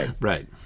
Right